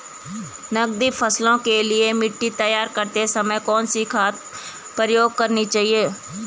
नकदी फसलों के लिए मिट्टी तैयार करते समय कौन सी खाद प्रयोग करनी चाहिए?